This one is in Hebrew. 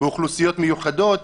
באוכלוסיות מיוחדות,